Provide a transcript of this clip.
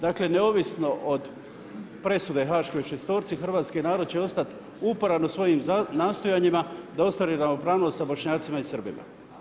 Dakle, neovisno od presude haškoj šestorci hrvatski narod će ostati uporan u svojim nastojanjima da ostvari ravnopravnost sa Bošnjacima i Srbima.